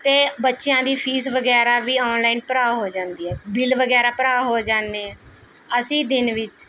ਅਤੇ ਬੱਚਿਆਂ ਦੀ ਫੀਸ ਵਗੈਰਾ ਵੀ ਔਨਲਾਈਨ ਭਰਾ ਹੋ ਜਾਂਦੀ ਹੈ ਬਿਲ ਵਗੈਰਾ ਭਰਾ ਹੋ ਜਾਂਦੇ ਹੈ ਅਸੀਂ ਦਿਨ ਵਿਚ